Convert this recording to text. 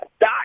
Die